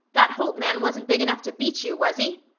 that holt man wasn't big enough to beat you, was he?